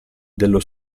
dello